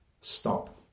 stop